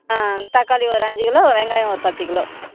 ஆ தக்காளி ஒரு அஞ்சு கிலோ வெங்காயம் ஒரு பத்து கிலோ